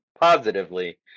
positively